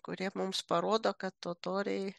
kurie mums parodo kad totoriai